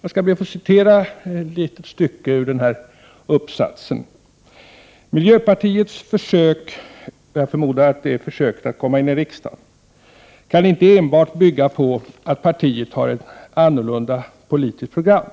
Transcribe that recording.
Jag skall be att få citera ett stycke ur uppsatsen: ”Miljöpartiets försök” — jag förmodar att det är försök att komma in i riksdagen — ”kan inte enbart bygga på att partiet har ett annorlunda politiskt program.